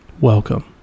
welcome